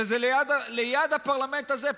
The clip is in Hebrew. שזה ליד הפרלמנט הזה,